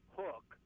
hook